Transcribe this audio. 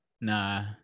Nah